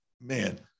Man